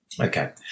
okay